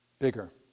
bigger